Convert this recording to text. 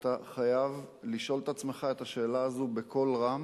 אתה חייב לשאול את עצמך את השאלה הזאת בקול רם